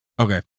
Okay